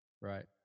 Right